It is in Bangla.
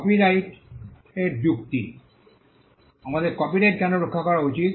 কপিরাইটের যুক্তি আমাদের কপিরাইট কেন রক্ষা করা উচিত